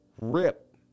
RIP